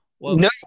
No